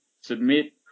submit